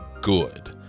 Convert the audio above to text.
good